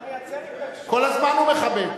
אתה מייצר התנגשות, כל הזמן הוא מכבד.